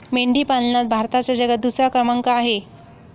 मेंढी पालनात भारताचा जगात दुसरा क्रमांक आहे